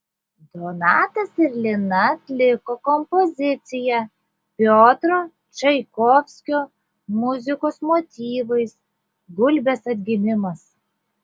donatas ir lina atliko kompoziciją piotro čaikovskio muzikos motyvais gulbės atgimimas